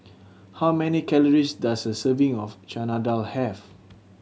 how many calories does a serving of Chana Dal have